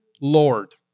Lord